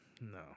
No